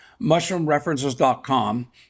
Mushroomreferences.com